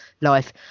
life